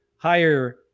higher